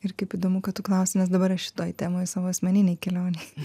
ir kaip įdomu kai tu klausi nes dabar aš šitoj temoj savo asmeninėj kelionėj